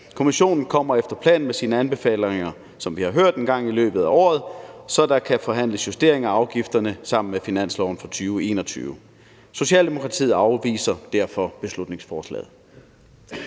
som vi har hørt, efter planen med sine anbefalinger engang i løbet af året, så der kan forhandles justeringer af afgifterne sammen med finansloven for 2021. Socialdemokratiet afviser derfor beslutningsforslaget.